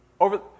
Over